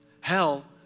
hell